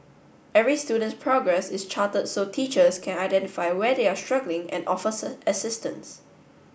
every student's progress is charted so teachers can identify where they are struggling and offers assistance